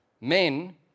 Men